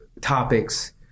topics